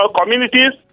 communities